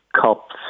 cups